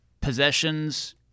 possessions